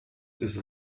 ist